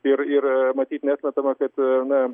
ir ir matyt neatmetama kad na